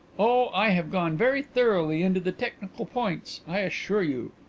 oh, i have gone very thoroughly into the technical points, i assure you.